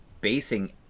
basing